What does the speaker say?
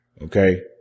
Okay